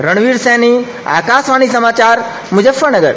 रणवीर सिंह सैनी आकाशवाणी समाचार मुजफ्फरनगर